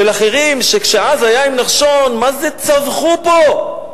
של אחרים, שאז, כשהיה עם "נחשון", מה זה צווחו פה,